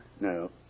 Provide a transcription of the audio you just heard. No